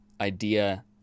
idea